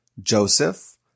Joseph